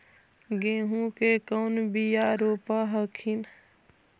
गेहूं के कौन बियाह रोप हखिन?